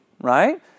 right